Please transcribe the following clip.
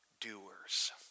doers